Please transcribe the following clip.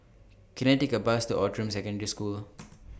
Can I Take A Bus to Outram Secondary School